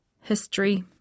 history